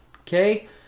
Okay